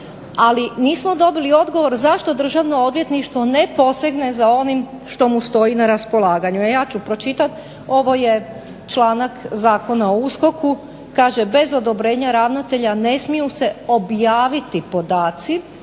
ali nismo dobili odgovor zašto državno odvjetništvo ne posegne za onim što mu stoji na raspolaganju. A ja ću pročitati, ovo je članak Zakona o USKOK-u kaže: "Bez odobrenja ravnatelja ne smiju se objaviti podaci